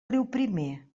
riuprimer